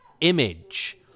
image